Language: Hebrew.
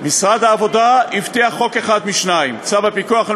משרד העבודה הבטיח חוק אחד משניים: צו הפיקוח על